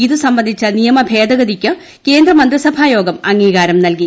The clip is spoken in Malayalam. ഇത് സംബന്ധിച്ച നിയമ ഭേദഗതിക്ക് കേന്ദ്ര മന്ത്രിസഭാ യോഗം അംഗീകാരം നൽകി